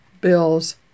bills